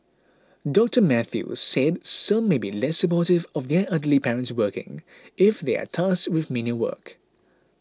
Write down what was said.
Doctor Mathew said some may be less supportive of their elderly parents working if they are tasked with menial work